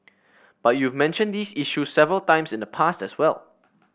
but you've mentioned these issues several times in the past as well